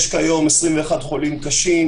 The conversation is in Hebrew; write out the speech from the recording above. יש כיום 21 חולים קשים,